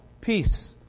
peace